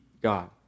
God